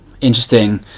Interesting